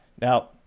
Now